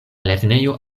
lernejo